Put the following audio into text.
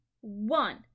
One